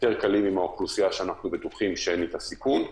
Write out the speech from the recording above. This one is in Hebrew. יותר קלים עם האוכלוסייה שאנחנו בטוחים שאין אתה סיכון,